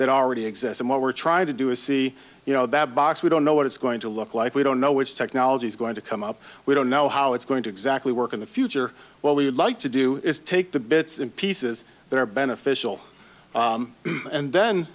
that already exists and what we're trying to do is see you know that box we don't know what it's going to look like we don't know which technology is going to come up we don't know how it's going to exactly work in the future well we would like to do is take the bits and pieces that are beneficial and then